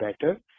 better